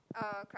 a club